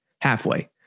halfway